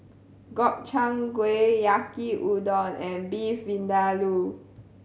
Gobchang Gui Yaki Udon and Beef Vindaloo